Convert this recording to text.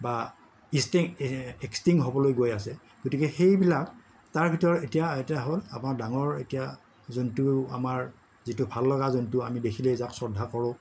বা এক্সটিংক্ট হ'বলৈ গৈ আছে গতিকে সেইবিলাক তাৰ ভিতৰত এতিয়া এটা হ'ল আমাৰ ডাঙৰ এতিয়া জন্তু আমাৰ যিটো ভাল লগা জন্তু আমি দেখিলেই যাক শ্ৰদ্ধা কৰোঁ